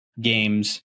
games